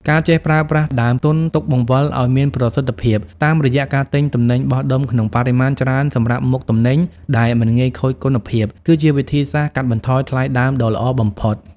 ការចេះប្រើប្រាស់ដើមទុនបង្វិលឱ្យមានប្រសិទ្ធភាព តាមរយៈការទិញទំនិញបោះដុំក្នុងបរិមាណច្រើនសម្រាប់មុខទំនិញដែលមិនងាយខូចគុណភាព គឺជាវិធីសាស្ត្រកាត់បន្ថយថ្លៃដើមដ៏ល្អបំផុត។